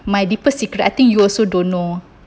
my deepest secret I think you also don't know